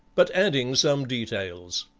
but adding some details.